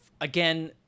again